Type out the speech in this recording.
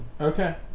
Okay